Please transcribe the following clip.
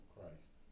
Christ